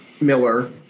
Miller